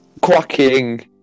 quacking